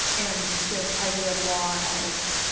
and this idea of law as,